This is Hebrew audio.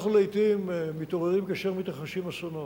אנחנו לעתים מתעוררים כאשר מתרחשים אסונות,